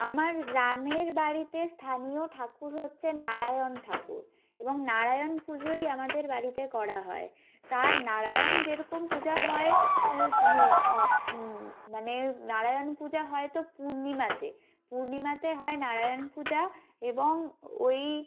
আমার গ্রামের বাড়িতে স্থানীয় ঠাকুর হচ্ছে নারায়ণ ঠাকুর এবং নারায়ণ পুজোই আমাদের বাড়িতে করা হয় তার নারায়ণ যেরকম পূজা হয় মানে নারায়ণ পূজা হয় তো পূর্ণিমাতে পূর্ণিমাতে হয় নারায়ণ পূজা এবং ওই